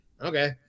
okay